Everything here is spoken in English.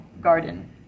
garden